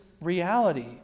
reality